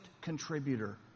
contributor